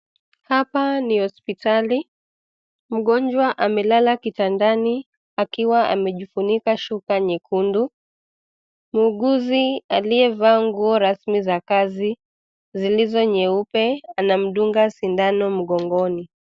Hapa ni hospitali, mgonjwa amelala kitandani akiwa amejifunika shuka nyekundu. Muuguzi aliyevaa nguo rasmi za kazi zilizo nyeupe anamdunga sindano mgongoni.